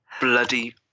bloody